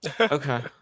Okay